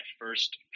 first